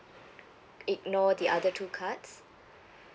ignore the other two cards